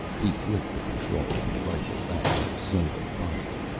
he flicked the control on the rifle back to single fire,